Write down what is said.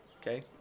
Okay